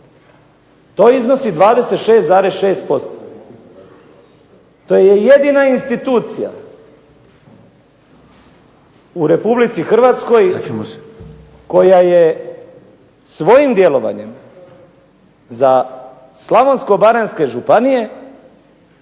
To iznosi 26,6%. To je jedina institucija u Republici Hrvatskoj koja je svojim djelovanjem za Slavonsko-baranjske županije